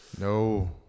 No